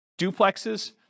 duplexes